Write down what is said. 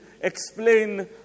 explain